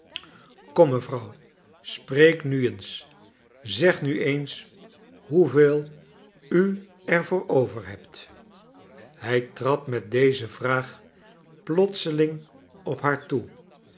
mevrouw spreek nu eens zeg nu eens hoeveel u er voor over hebt hij trad met deze vraag plotseling op haar toe